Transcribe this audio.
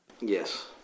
Yes